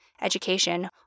education